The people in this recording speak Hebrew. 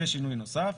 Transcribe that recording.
זה שינוי נוסף.